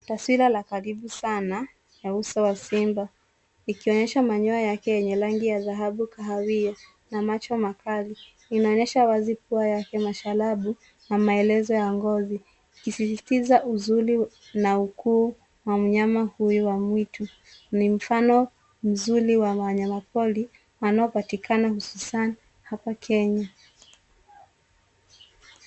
Twasira la karibu sana ya uso wa simba; ikionyesha manyoa yake yenye rangi ya dhahabu, kahawia na macho makali. Inaonyesha wazi pua yake, masharabu na maelezo ya ngozi. Ikisisitiza uzuri na ukuu wa mnyama huu wa mwitu. Ni mfano mzuri wa wanyama pori wanaopatika hususan hapa Kenya.